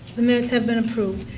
the minutes have been approved.